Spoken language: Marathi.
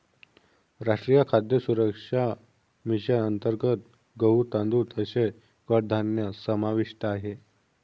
राष्ट्रीय खाद्य सुरक्षा मिशन अंतर्गत गहू, तांदूळ तसेच कडधान्य समाविष्ट आहे